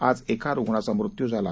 आजएकारुग्णाचामृत्यूझाला